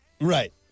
Right